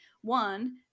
one